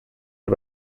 der